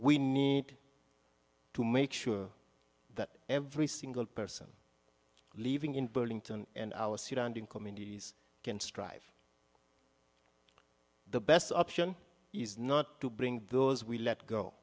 we need to make sure that every single person living in burlington and in communities can strive the best option is not to bring those we let go